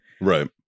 Right